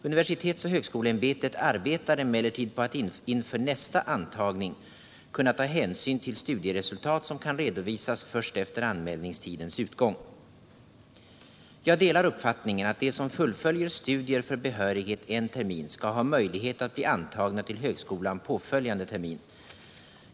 Universitetsoch högskoleämbetet arbetar emellertid på att inför nästa antagning kunna ta hänsyn till studieresultat som kan redovisas först efter anmälningstidens utgång. Jag delar uppfattningen att de som fullföljer studier för behörighet en termin skall ha möjlighet att bli antagna till högskolan påföljande termin.